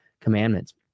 commandments